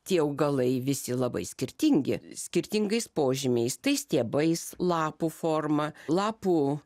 tie augalai visi labai skirtingi skirtingais požymiais tai stiebais lapų forma lapų